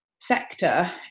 sector